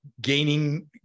Gaining